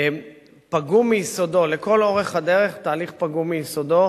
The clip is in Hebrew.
פגום מיסודו, לכל אורך הדרך תהליך פגום מיסודו